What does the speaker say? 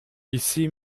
ici